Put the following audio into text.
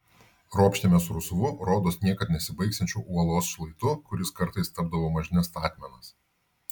ropštėmės rusvu rodos niekad nesibaigsiančiu uolos šlaitu kuris kartais tapdavo mažne statmenas